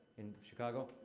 in chicago?